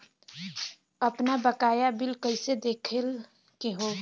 आपन बकाया बिल कइसे देखे के हौ?